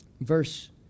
Verse